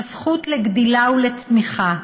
הזכות לגדילה ולצמיחה.